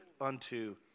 unto